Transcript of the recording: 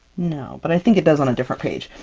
no, but i think it does on a different page.